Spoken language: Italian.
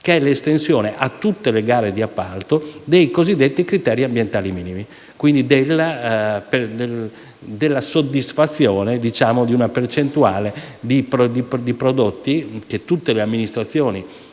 cioè l'estensione a tutte le gare di appalto dei cosiddetti criteri ambientali minimi e quindi della soddisfazione di una percentuale di prodotti che tutte le amministrazioni